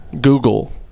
Google